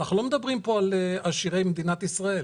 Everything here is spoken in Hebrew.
לא מדברים על עשירי מדינת ישראל.